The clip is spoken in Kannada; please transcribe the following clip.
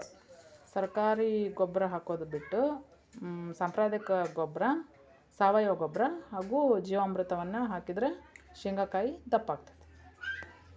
ಶೇಂಗಾಕಾಯಿ ದಪ್ಪ ಆಗಲು ಏನು ಮಾಡಬೇಕು?